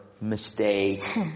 mistake